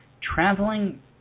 traveling